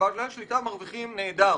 בעלי השליטה מרוויחים נהדר